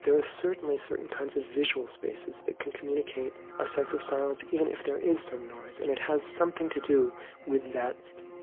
there are certainly certain kinds of visual spaces that can communicate a sense of silence even if there is some noise. and it has something to do with that